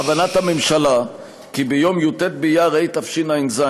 בכוונת הממשלה כי ביום י"ט באייר התשע"ז,